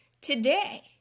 today